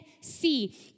see